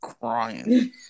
crying